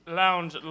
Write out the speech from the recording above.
lounge